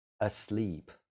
asleep